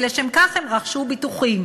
ולשם כך הם רכשו ביטוחים.